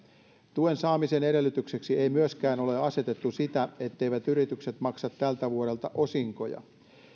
tuen saamisen edellytykseksi ei myöskään ole asetettu sitä etteivät yritykset maksa tältä vuodelta osinkoja